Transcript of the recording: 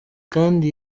kandi